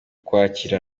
ukwakira